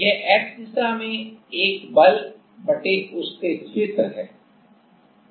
यह x दिशा में एक बल उसके क्षेत्र है